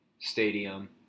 stadium